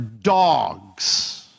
Dogs